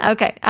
Okay